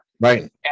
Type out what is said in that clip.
Right